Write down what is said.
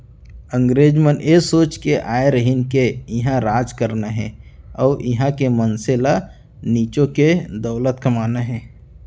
अंगरेज मन ए सोच के आय रहिन के इहॉं राज करना हे अउ इहॉं के मनसे ल निचो के दौलत कमाना हे